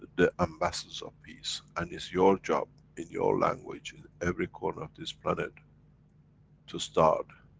the ambassador's of peace. and is your job, in your language, in every corner of this planet to start